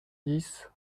dix